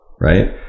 right